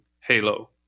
Halo